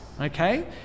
okay